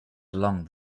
along